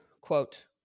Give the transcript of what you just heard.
quote